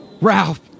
Ralph